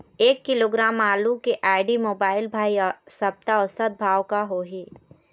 एक किलोग्राम आलू के आईडी, मोबाइल, भाई सप्ता औसत भाव का होही?